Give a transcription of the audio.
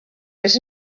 was